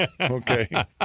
Okay